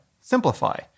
simplify